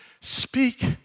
speak